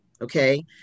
okay